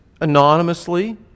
anonymously